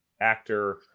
actor